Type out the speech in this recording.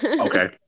Okay